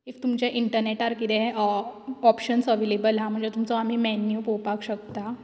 if तुमच्या इंटरनेटार कितें ओपशन्स अवेलेबल आहा म्हणचे तुमचो आमी मेन्यु पोवपाक शकता